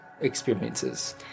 experiences